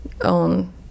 own